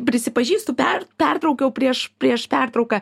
prisipažįstu per pertraukiau prieš prieš pertrauką